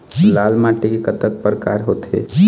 लाल माटी के कतक परकार होथे?